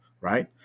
right